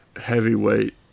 heavyweight